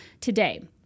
today